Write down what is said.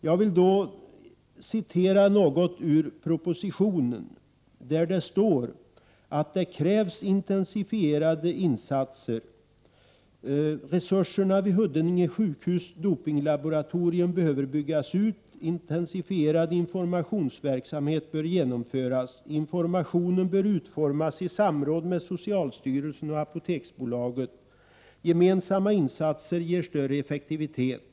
Jag vill berätta att det står i propositionen att det krävs intensifierade insatser. Resurserna vid Huddinge sjukhus dopningslaboratorium behöver byggas ut. Intensifierad informationsverksamhet bör genomföras. Informationen bör utformas i samråd med socialstyrelsen och Apoteksbolaget. Gemensamma insatser ger större effektivitet.